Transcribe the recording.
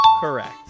Correct